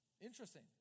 Interesting